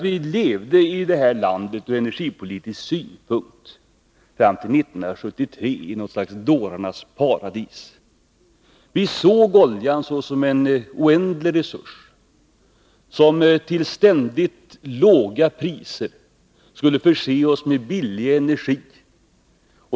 Vi levde ur energipolitisk synpunkt fram till 1973 i något slags dårarnas paradis. Vi såg oljan som en oändlig resurs, som till ständigt låga priser skulle förse oss med billig energi.